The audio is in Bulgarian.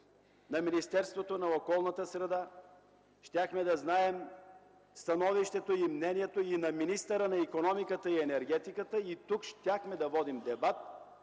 на Министерството на околната среда и водите, щяхме да знаем становището и мнението на министъра на икономиката, енергетиката и туризма и тук щяхме да водим дебат